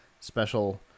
special